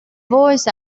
voice